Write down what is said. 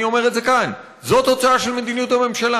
אני אומר את זה כאן: זאת תוצאה של מדיניות הממשלה.